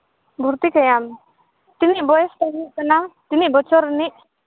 ᱵᱷᱩᱨᱛᱤ ᱠᱟᱭᱟᱢ ᱛᱤᱱᱟᱹᱜ ᱵᱚᱭᱮᱥ ᱛᱟᱭ ᱦᱩᱭᱩᱜ ᱠᱟᱱᱟ ᱛᱤᱱᱟᱹᱜ ᱵᱚᱪᱷᱚᱨ ᱨᱤᱱᱤᱡ